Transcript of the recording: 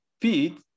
feed